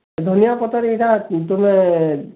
ଇ ଧନିଆ ପତର୍ ଇ'ଟା ଅଛେ ତୁମେ